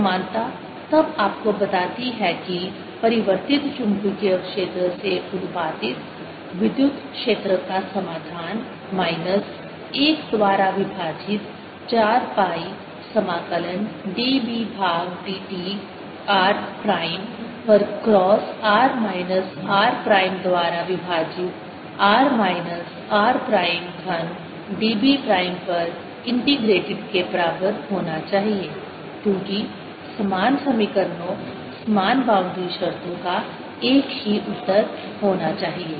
समानता तब आपको बताती है कि परिवर्तित चुंबकीय क्षेत्र से उत्पादित विद्युत क्षेत्र का समाधान माइनस 1 द्वारा विभाजित 4 पाई समाकलन dB भाग dt r प्राइम पर cross r minus r prime द्वारा विभाजित r माइनस r प्राइम घन dB प्राइम पर इंटीग्रेटेड के बराबर होना चाहिए क्योंकि समान समीकरणों समान बाउंड्री शर्तों का एक ही उत्तर होना चाहिए